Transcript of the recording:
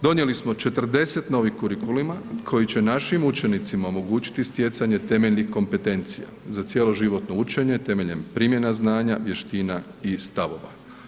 Donijeli smo 40 novih kurikulima koji će našim učenicima omogućiti stjecanje temeljnih kompetencija za cjeloživotno učenje temeljem primjena znanja, vještina i stavova.